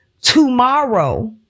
tomorrow